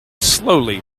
slowly